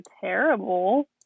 terrible